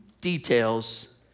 details